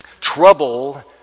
Trouble